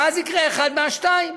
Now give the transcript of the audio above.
ואז יקרה אחד מהשניים: